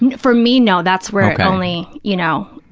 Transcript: and for me, no. that's where it only, you know,